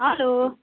hello